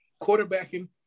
quarterbacking